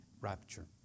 rapture